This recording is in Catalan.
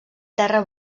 terra